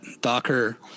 docker